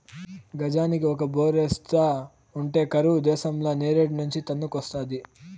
గజానికి ఒక బోరేస్తా ఉంటే కరువు దేశంల నీరేడ్నుంచి తన్నుకొస్తాది